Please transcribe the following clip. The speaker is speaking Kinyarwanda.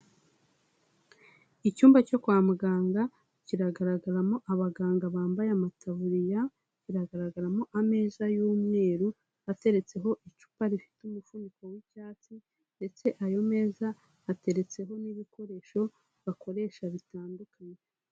Icyumba cyo kwa muganga kiragaragaramo abaganga bambaye amatabuririya, kigaragaramo ameza y'umweru ateretseho icupa rifite umufuniko w'icyatsi ndetse ayo meza ateretseho n'ibikoresho bakoresha bitandukanye.